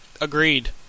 Agreed